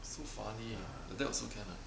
so funny ah like that also can